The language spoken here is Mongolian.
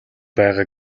байгаа